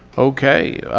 okay.